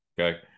Okay